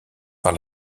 par